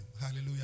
Hallelujah